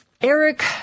Eric